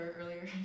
earlier